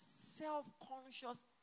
self-conscious